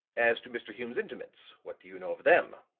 as to mr. hume's intimates? what do you know of them?